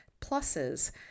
pluses